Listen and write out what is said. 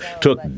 took